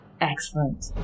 Excellent